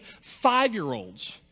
five-year-olds